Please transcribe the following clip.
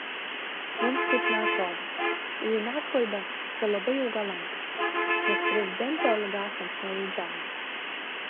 mums taip neatrodo žiniasklaida čia labai jau galantiška nes prezidentė oligarchams nuolaidžiauja